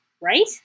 right